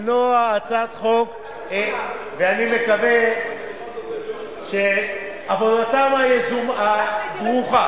למנוע הצעת חוק, ואני מקווה שעבודתם הברוכה